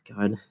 God